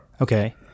Okay